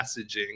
messaging